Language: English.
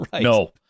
No